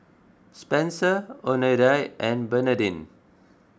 Spenser oneida and Bernadine